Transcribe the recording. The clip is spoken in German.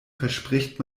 verspricht